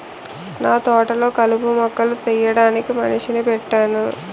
నాతోటలొ కలుపు మొక్కలు తీయడానికి మనిషిని పెట్టేను